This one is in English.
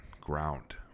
ground